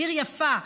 עיר יפה,